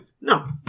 No